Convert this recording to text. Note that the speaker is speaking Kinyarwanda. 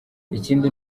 ikindi